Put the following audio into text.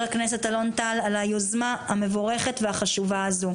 הכנסת אלון טל על היוזמה המבורכת והחשובה הזו.